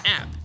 app